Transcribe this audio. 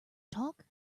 talk